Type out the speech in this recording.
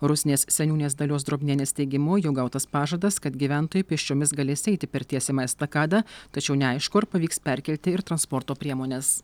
rusnės seniūnės dalios drobnienės teigimu jau gautas pažadas kad gyventojai pėsčiomis galės eiti per tiesiamą estakadą tačiau neaišku ar pavyks perkelti ir transporto priemones